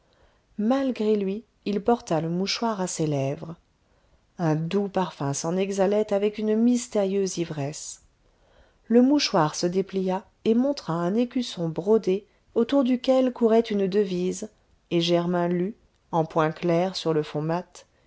malgré lui il porta le mouchoir à ses lèvres un doux parfum s'en exhalait avec une mystérieuse ivresse le mouchoir se déplia et montra un écusson brodé autour duquel courait une devise et germain lut en points clairs sur le fond mat